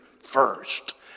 first